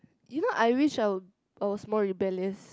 you know I wished I were I was more rebellious